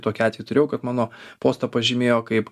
tokį atvejį turėjau kad mano postą pažymėjo kaip